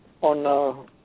on